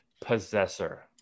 Possessor